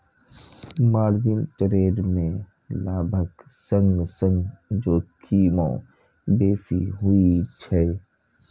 margin trade मे लाभक संग संग जोखिमो बेसी होइ छै